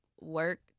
work